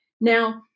Now